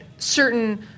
Certain